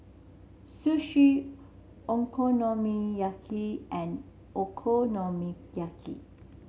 Sushi Okonomiyaki and Okonomiyaki